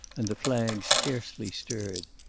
and the flags scarcely stirred.